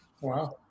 Wow